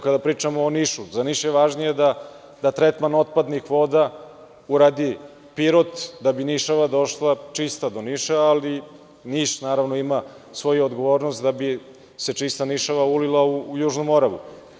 Kada pričamo o Nišu, za Niš je važnije da tretman otpadnih voda uradi Pirot, da bi Nišava došla čista do Niša, ali Niš, naravno ima svoju odgovornost da bi se čista Nišava ulila u Južnu Moravu.